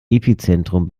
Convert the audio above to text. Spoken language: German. epizentrum